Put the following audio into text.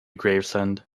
gravesend